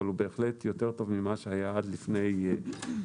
אבל הוא בהחלט יותר טוב ממה שהיה עד לפני שבועיים.